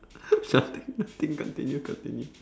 nothing nothing nothing you continue